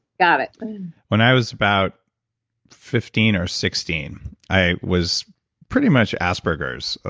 got it when i was about fifteen or sixteen i was pretty much asperger's,